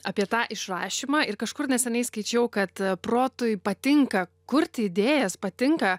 apie tą išrašymą ir kažkur neseniai skaičiau kad protui patinka kurti idėjas patinka